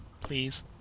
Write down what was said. Please